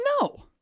No